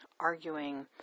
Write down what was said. arguing